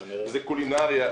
זה קולינריה,